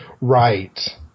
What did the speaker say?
Right